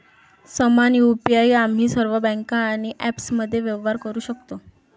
समान यु.पी.आई आम्ही सर्व बँका आणि ॲप्समध्ये व्यवहार करू शकतो